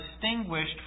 distinguished